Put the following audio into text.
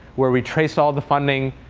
where we traced all the funding,